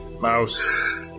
Mouse